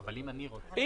אבל אם אני רוצה,